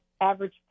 average